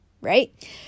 right